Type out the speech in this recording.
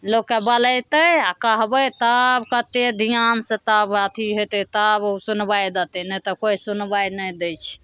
लोकके बोलेतै आ कहबै तब कतेक ध्यानसँ तब अथी हेतै तब सुनबाइ देतै नहि तऽ कोइ सुनबाइ नहि दै छै